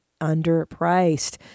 underpriced